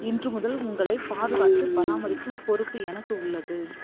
இன்று முதல் உங்களைப் பாதுகாத்து பராமரிக்கும் பொறுப்பு எனக்கு உள்ளது